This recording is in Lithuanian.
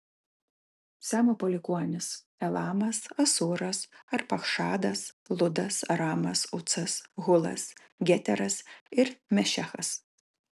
semo palikuonys elamas asūras arpachšadas ludas aramas ucas hulas geteras ir mešechas